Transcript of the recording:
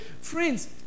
Friends